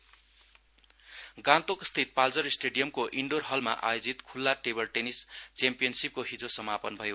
table tennis गान्तोकस्थित पालजोर स्टेडीयमको indoor हलमा आयोजित खुल्ला टेबल टेनिस च्याम्पियनसिपको हिजो समापन भयो